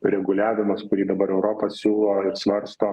reguliavimas kurį dabar europa siūlo ir svarsto